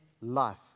life